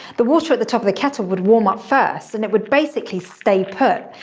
the water at the top of the kettle would warm up first, and it would basically stay put,